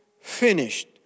finished